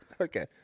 Okay